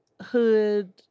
hood